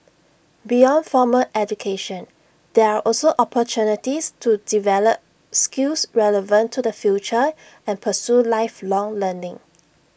beyond formal education there are also opportunities to develop skills relevant to the future and pursue lifelong learning